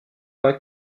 pas